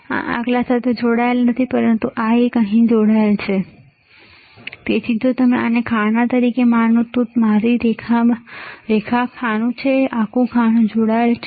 હા આ આગલા સાથે જોડાયેલ નથી પરંતુ આ એક આ અહીં જોડાયેલ છે આ જો તમે આને ખાના તરીકે માનો તો મારી રેખા ખાનુ છે આખુ ખાનુ જોડાયેલ છે